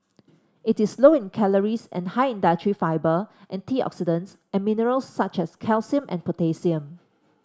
it is low in calories and high in dietary fibre antioxidants and minerals such as calcium and potassium